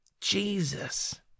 Jesus